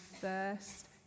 first